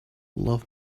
love